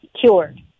cured